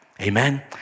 Amen